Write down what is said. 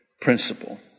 principle